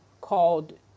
called